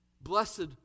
Blessed